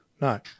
No